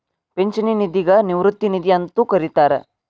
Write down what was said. ಪಿಂಚಣಿ ನಿಧಿಗ ನಿವೃತ್ತಿ ನಿಧಿ ಅಂತೂ ಕರಿತಾರ